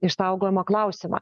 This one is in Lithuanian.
išsaugojimo klausimą